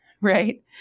right